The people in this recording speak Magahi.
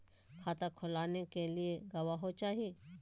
खाता खोलाबे के लिए गवाहों चाही?